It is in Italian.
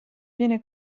viene